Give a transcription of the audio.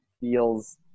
feels